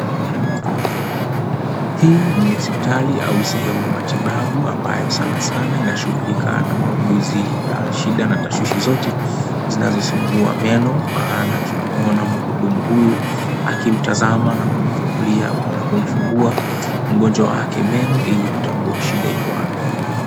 Hii ni hospitali ama sehemu ya matibabu, ambayo sana sana wanashughulika na shida na tashwishi zote zinazosumbua meno maana, tunamuona mhudumu huyu akitazama na kumfungua mgonjwa wake meno ili kutambua shida iko wapi.